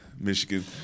Michigan